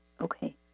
Okay